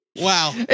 Wow